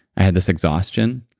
i had this exhaustion,